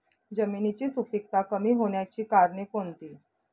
जमिनीची सुपिकता कमी होण्याची कारणे कोणती?